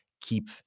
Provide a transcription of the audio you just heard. keep